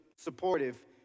supportive